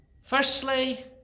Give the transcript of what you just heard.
Firstly